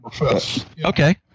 Okay